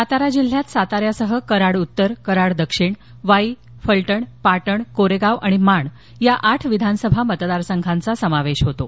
सातारा जिल्ह्यात साता यासह कराड उत्तर कराड दक्षिण वाई फलटण पाटण कोरेगाव आणि माण या आठ विधानसभा मतदारसंघांचा समावेश होतो